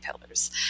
pillars